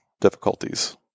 difficulties